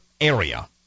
area